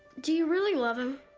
do you really love him?